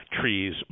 trees